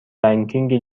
رنکینگ